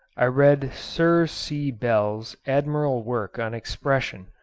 i read sir c. bell's admirable work on expression,